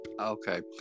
okay